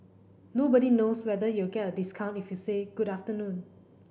nobody knows whether you'll get a discount if you say good afternoon